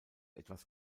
etwas